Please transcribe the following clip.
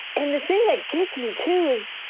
and the thing that gets me to is,